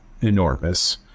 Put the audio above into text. enormous